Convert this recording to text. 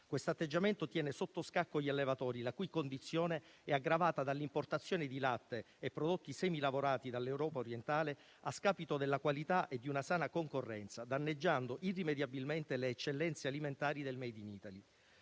Questo atteggiamento tiene sotto scacco gli allevatori la cui condizione è aggravata dall'importazione di latte e prodotti semilavorati dall'Europa orientale a scapito della qualità e di una sana concorrenza, danneggiando irrimediabilmente le eccellenze alimentari del *made in Italy*.